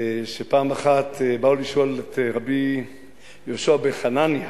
שפעם אחת באו לשאול את רבי יהושע בן חנניה